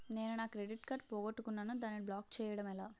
నేను నా credit card పోగొట్టుకున్నాను దానిని బ్లాక్ చేయడం ఎలా?